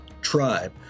tribe